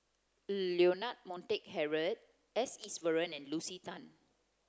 Leonard Montague Harrod S Iswaran and Lucy Tan